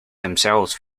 themselves